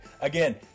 Again